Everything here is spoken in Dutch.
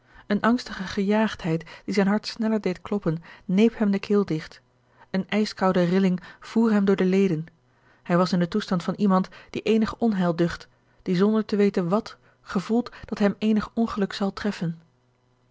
eene angstige gejaagdheid die zijn hart sneller deed kloppen neep hem de keel digt eene ijskoude rilling voer hem door de leden hij was in den toestand van iemand die eenig onheil ducht die zonder te weten wàt gevoelt dat hem eenig ongeluk zal treffen